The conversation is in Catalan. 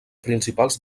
principals